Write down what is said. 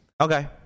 Okay